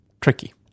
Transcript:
tricky